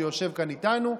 שיושב כאן איתנו,